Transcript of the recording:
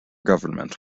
government